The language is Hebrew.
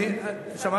השר מרידור,